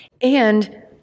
And-